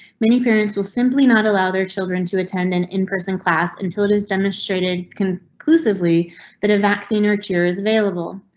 many parents will simply not allow their children to attend an in person class until it is demonstrated conclusively that a vaccine or cure is available.